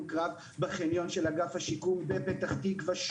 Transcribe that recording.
קרב בחניון של אגף השיקום בפתח תקווה,